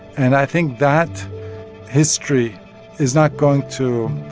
and i think that history is not going to